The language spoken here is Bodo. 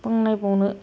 बुंनायबावनो